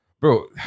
Bro